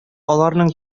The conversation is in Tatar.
аларның